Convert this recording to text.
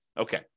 Okay